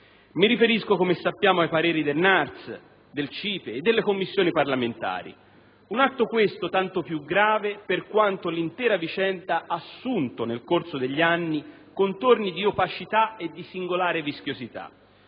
alludo, come sappiamo, al parere del NARS, del CIPE e delle Commissioni parlamentari. Un atto questo tanto più grave per quanto l'intera vicenda ha assunto nel corso degli anni contorni di opacità e di singolare vischiosità.